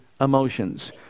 emotions